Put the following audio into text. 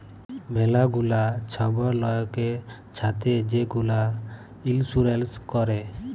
ম্যালা গুলা ছব লয়কের ছাথে যে গুলা ইলসুরেল্স ক্যরে